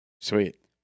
Sweet